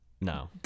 No